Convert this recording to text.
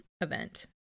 event